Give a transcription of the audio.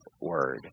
word